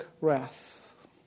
wrath